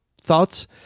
thoughts